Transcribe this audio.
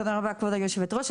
כבוד היושבת-ראש.